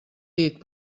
dit